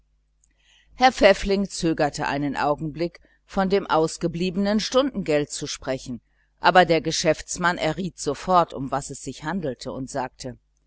herr pfäffling zögerte einen augenblick von dem ausgebliebenen honorar zu sprechen aber der geschäftsmann erriet sofort worum es sich handelte und sagte